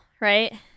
right